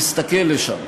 נסתכל לשם